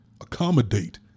accommodate